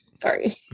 sorry